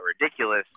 ridiculous